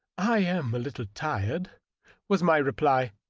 i am a little tired was my reply.